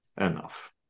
enough